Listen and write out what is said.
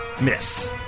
Miss